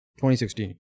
2016